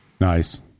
Nice